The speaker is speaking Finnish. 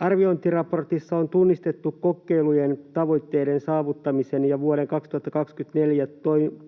Arviointiraportissa on tunnistettu kokeilujen tavoitteiden saavuttamisen ja vuoden 2024